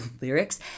lyrics